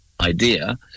idea